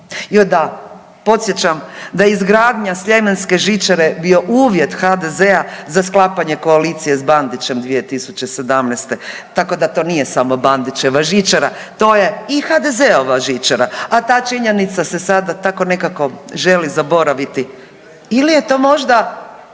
Joj da, podsjećam da izgradnja Sljemenske žičare bio uvjet HDZ-a za sklapanje koalicije s Bandićem 2017. tako da to nije samo Bandićeva žičara, to je i HDZ-ova žičara, a ta činjenica se sada tako nekako želi zaboraviti ili je to možda